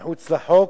מחוץ לחוק,